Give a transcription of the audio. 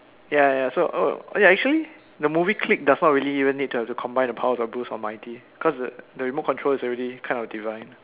ya ya so oh oh ya actually the movie Click does not really even need to have to combine the powers of Bruce Almighty cause the remote control is already kind of divine